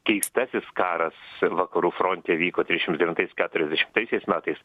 keistasis karas vakarų fronte vyko trisdešimts devintais keturiasdešimtaisiais metais